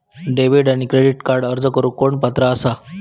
Debit आणि credit कार्डक अर्ज करुक कोण पात्र आसा?